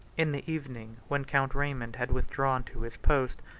in the evening, when count raymond had withdrawn to his post,